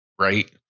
right